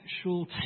actual